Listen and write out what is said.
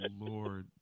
Lord